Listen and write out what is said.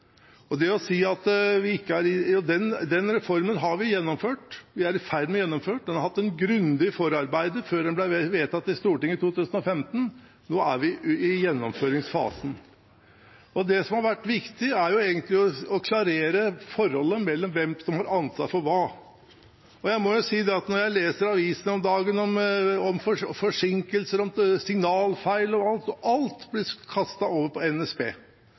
er vi i ferd med å gjennomføre, og den hadde et grundig forarbeid før den ble vedtatt i Stortinget i 2015. Nå er vi i gjennomføringsfasen. Det som har vært viktig, er egentlig å klarere forholdet mellom hvem som har ansvar for hva. Jeg må si at i avisene, når jeg nå om dagen leser om forsinkelser, signalfeil og alt mulig, blir alt kastet over på NSB